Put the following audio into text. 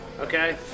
okay